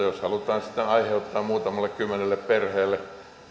jos halutaan sitten aiheuttaa muutamalle kymmenelle perheelle